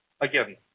again